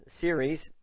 series